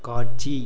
காட்சி